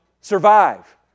survive